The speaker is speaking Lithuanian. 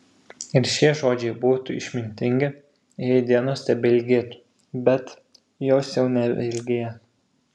ir šie žodžiai būtų išmintingi jei dienos tebeilgėtų bet jos jau neilgėja